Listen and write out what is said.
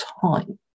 time